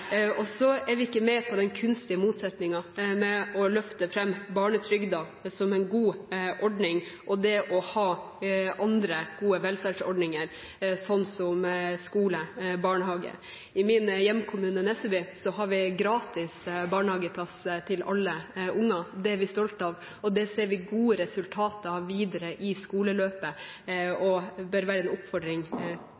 alle. Så er vi ikke med på den kunstige motsetningen mellom å løfte fram barnetrygden som en god ordning og det å ha andre gode velferdsordninger, sånn som skole og barnehage. I min hjemkommune, Nesseby, har vi gratis barnehageplasser til alle unger. Det er vi stolt av, det ser vi gode resultater av videre i skoleløpet,